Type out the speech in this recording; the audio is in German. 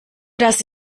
das